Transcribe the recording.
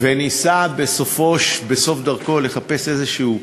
וניסה בסוף דרכו לחפש פתח כלשהו,